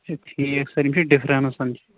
اچھا ٹھیٖک سَر یِم چھِ ڈفرَنس سن